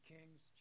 Kings